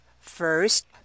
first